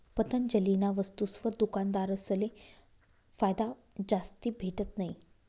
पतंजलीना वस्तुसवर दुकानदारसले फायदा जास्ती भेटत नयी